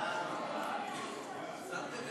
מי